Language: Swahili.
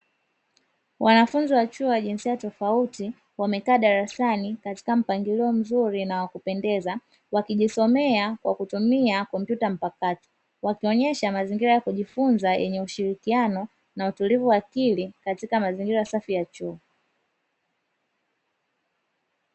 Wanafunzi wa chuo wa jinsia tofauti wamekaa darasani katika mpangilio mzuri na wa kupendeza wakijisomea kwa kutumia kompyuta mpakato, wakionyesha mazingira ya kujifunza yenye ushirikiano na utulivu wa akili katika mazingira safi ya chuo.